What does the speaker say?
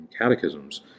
catechisms